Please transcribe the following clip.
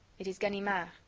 it is ganimard.